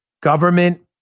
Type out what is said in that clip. government